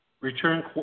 return